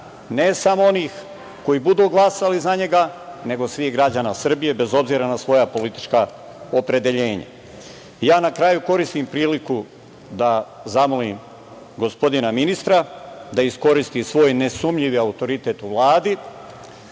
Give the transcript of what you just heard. ne samo onih koji budu glasali za njega, nego svih građana Srbije, bez obzira na svoja politička opredeljenja. Na kraju, ja koristim priliku da zamolim gospodina ministra da iskoristi svoj nesumnjivi autoritet u Vladi